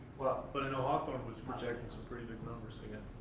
but i know hawthorn was projecting so pretty big numbers again.